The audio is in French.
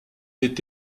est